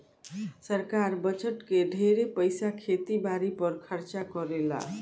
सरकार बजट के ढेरे पईसा खेती बारी पर खर्चा करेले